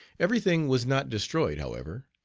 every thing was not destroyed, however.